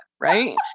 right